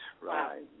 right